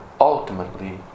ultimately